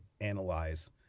analyze